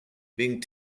being